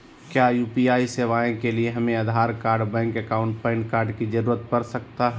क्या यू.पी.आई सेवाएं के लिए हमें Aadhaar card bank account PAN card की जरूरत पड़ सकता है?